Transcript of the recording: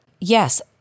Yes